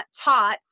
taught